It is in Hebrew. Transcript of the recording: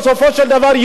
בסופו של דבר,